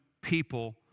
people